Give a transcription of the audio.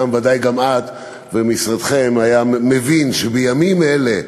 וודאי גם את ומשרדכם מבינים שבימים אלה,